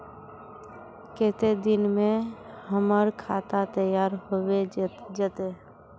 केते दिन में हमर खाता तैयार होबे जते?